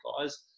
guys